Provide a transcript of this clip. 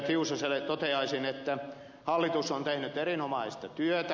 tiusaselle toteaisin että hallitus on tehnyt erinomaista työtä